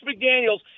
McDaniels